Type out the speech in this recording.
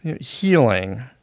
healing